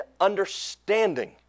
understanding